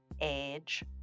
age